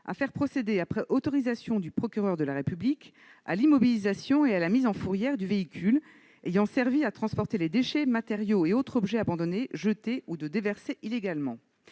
à faire procéder, après autorisation du procureur de la République, à l'immobilisation et à la mise en fourrière du véhicule ayant servi à transporter les déchets, matériaux et autres objets abandonnés, jetés ou déversés illégalement.